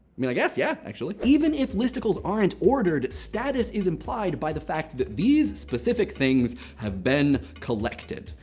mean, i guess, yeah, actually. even if listicles aren't ordered, status is implied by the fact that these specific things have been collected.